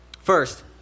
First